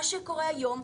מה שקורה היום,